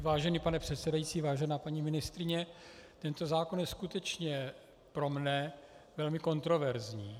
Vážený pane předsedající, vážená paní ministryně, tento zákon je skutečně pro mne velmi kontroverzní.